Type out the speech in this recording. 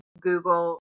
Google